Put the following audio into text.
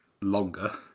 longer